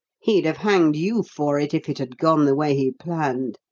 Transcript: he'd have hanged you for it, if it had gone the way he planned.